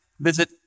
Visit